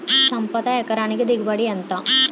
సంపద ఎకరానికి దిగుబడి ఎంత?